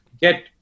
get